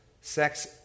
Sex